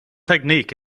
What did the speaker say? technique